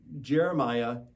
Jeremiah